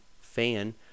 fan